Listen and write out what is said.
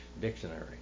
Dictionary